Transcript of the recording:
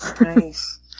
Nice